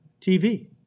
TV